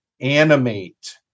Animate